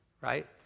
Right